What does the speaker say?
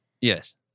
Yes